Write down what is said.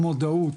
המודעות,